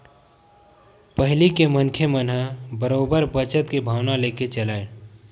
पहिली के मनखे मन ह बरोबर बचत के भावना लेके चलय